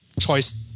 choice